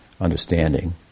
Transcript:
understanding